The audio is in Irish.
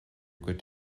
gcuid